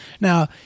Now